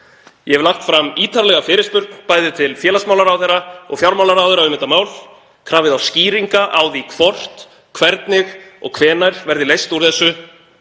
Ég hef lagt fram ítarlega fyrirspurn, bæði til félagsmálaráðherra og fjármálaráðherra, um þetta mál, krafið þá skýringa á því hvort, hvernig og hvenær verði leyst úr þessu.